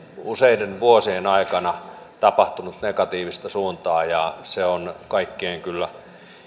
useiden vuosien aikana tapahtunut negatiivista suuntaa ja se on kaikkien kyllä